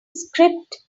script